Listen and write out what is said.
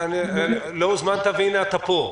לא הוזמנת והנה אתה פה.